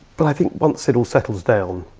but i think once it all settles down,